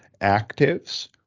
Actives